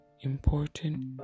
important